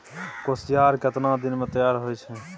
कोसियार केतना दिन मे तैयार हौय छै?